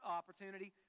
opportunity